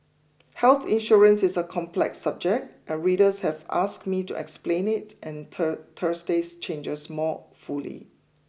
health insurance is a complex subject and readers have asked me to explain it and Thursday's changes more fully